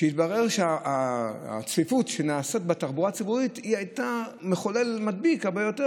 התברר שהצפיפות שבתחבורה הציבורית הייתה מחולל מדביק הרבה יותר,